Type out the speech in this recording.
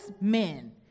men